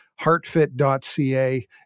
Heartfit.ca